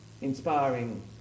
inspiring